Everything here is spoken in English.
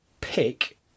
pick